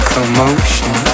Commotion